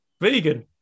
vegan